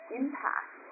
impact